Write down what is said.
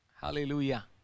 Hallelujah